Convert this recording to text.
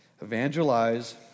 Evangelize